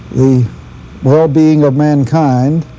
the well-being of mankind,